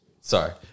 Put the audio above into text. Sorry